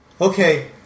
Okay